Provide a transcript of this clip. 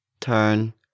turn